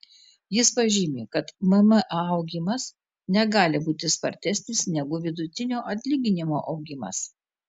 jis pažymi kad mma augimas negali būti spartesnis negu vidutinio atlyginimo augimas